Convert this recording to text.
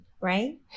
right